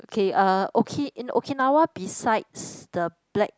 okay uh in Okinawa besides the black